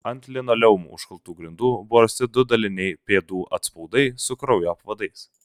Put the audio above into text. ant linoleumu užklotų grindų buvo rasti du daliniai pėdų atspaudai su kraujo apvadais